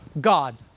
God